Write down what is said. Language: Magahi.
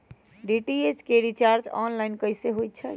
डी.टी.एच के रिचार्ज ऑनलाइन कैसे होईछई?